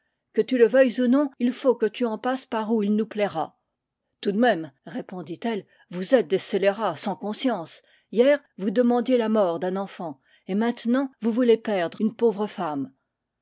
que tu le veuilles ou non il faut que tu en passes par où il nous plaira tout de même répondit-elle vous êtes des scélérats sans conscience hier vous demandiez la mort d'un enfant et maintenant vous voulez perdre une pauvre femme